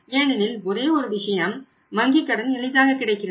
ஏனெனில் ஒரே ஒரு விஷயம் வங்கி கடன் எளிதாக கிடைக்கிறது